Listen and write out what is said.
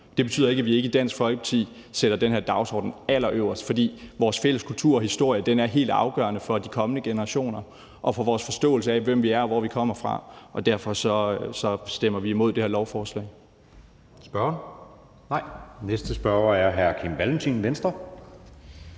Det betyder ikke, at vi ikke i Dansk Folkeparti sætter den her dagsorden allerøverst, for vores fælles kultur og historie er helt afgørende for de kommende generationer og for vores forståelse af, hvem vi er, og hvor vi kommer fra. Derfor stemmer vi imod det her lovforslag.